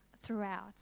throughout